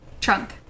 Trunk